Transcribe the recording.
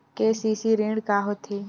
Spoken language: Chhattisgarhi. के.सी.सी ऋण का होथे?